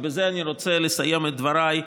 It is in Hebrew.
ובזה אני רוצה לסיים את דבריי,